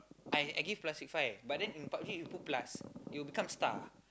I I give plus six five but then in PUB-G you put plus it will become star